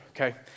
Okay